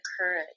courage